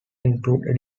includes